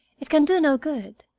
it can do no good.